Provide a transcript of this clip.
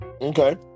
Okay